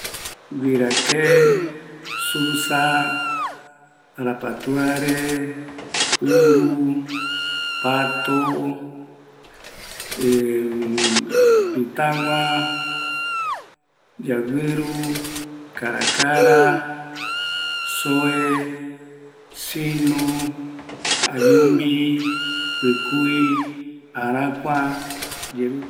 Aguirakee, susa, arapayuare, Uru, Pato, ˂hesitation˃ Pitagua, Yaguiru, Karakara, Soe, Sinu, Ayumbi, Pɨkui, Arakua, Yeruti